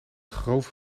grove